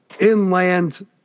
inland